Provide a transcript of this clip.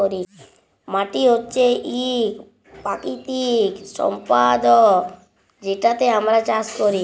মাটি হছে ইক পাকিতিক সম্পদ যেটতে আমরা চাষ ক্যরি